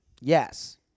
Yes